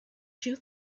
two